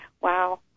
wow